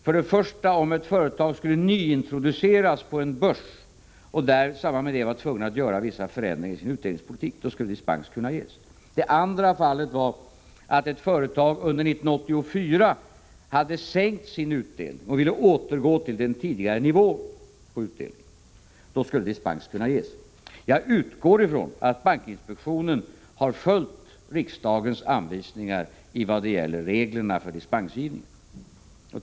För det första skulle dispens kunna ges om ett företag skulle nyintroduceras på en börs och i samband med det var tvunget att göra vissa förändringar i sin utdelningspolitik. För det andra fanns dispensmöjligheten om ett företag under 1984 hade sänkt sin utdelning och ville återgå till den tidigare nivån på utdelningen. Jag utgår från att bankinspektionen har följt riksdagens anvisningar i vad gäller reglerna för dispensgivning.